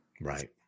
Right